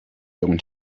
ihrem